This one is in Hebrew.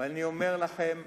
ואני אומר לכם: